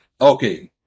Okay